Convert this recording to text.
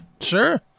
sure